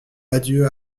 adieu